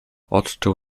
odczuł